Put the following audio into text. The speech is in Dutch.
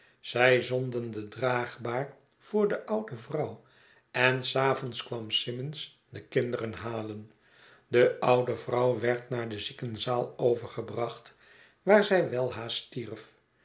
zij zonden de draagbaar voor de oude vrouw en s avonds kwam simmons de kinderen halen be oude vrouw werd naar de ziekenzaal overgebracht waar zij welhaast stierf